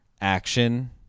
action